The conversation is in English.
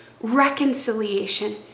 reconciliation